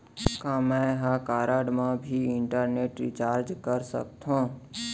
का मैं ह कारड मा भी इंटरनेट रिचार्ज कर सकथो